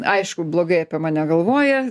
aišku blogai apie mane galvoja